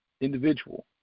individual